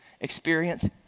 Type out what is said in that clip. experience